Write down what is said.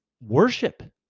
worship